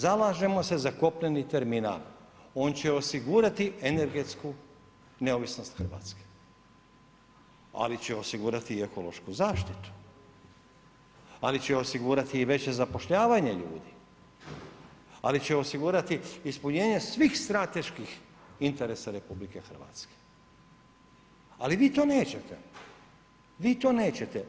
Zalažemo se za kopneni terminal, on će osigurati energetsku neovisnost Hrvatske, ali će osigurati i ekološku zaštitu, ali će osigurati i veće zapošljavanje ljudi, ali će osigurati ispunjenje svih strateških interesa RH, ali vi to nećete, vi to nećete.